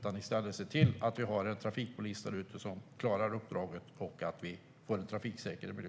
Se i stället till att vi får en trafikpolis därute som klarar uppdraget och att vi får en trafiksäker miljö.